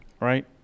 Right